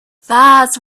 that’s